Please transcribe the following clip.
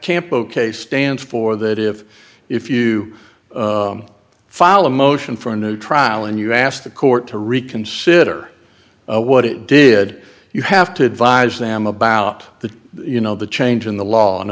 camp ok stands for that if if you file a motion for a new trial and you ask the court to reconsider what it did you have to advise them about the you know the change in the law an